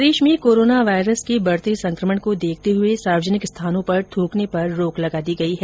प्रदेश में coronavirus के बढ़ते संक्रमण को देखते हुए सार्वजनिक स्थानों पर थ्रकने पर रोक लगा दी गई है